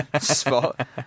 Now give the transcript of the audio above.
spot